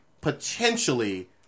potentially